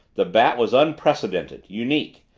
the bat was unprecedented unique.